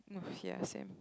no yeah same